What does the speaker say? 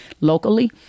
locally